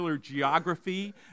geography